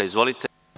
Izvolite.